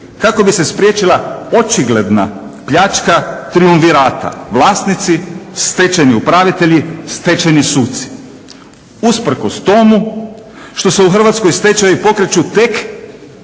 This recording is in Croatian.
kako bi se spriječila očigledna pljačka trijumvirata – vlasnici, stečajni upravitelji, stečajni suci. Usprkos tomu što se u Hrvatskoj stečaji pokreću tek